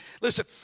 Listen